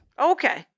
Okay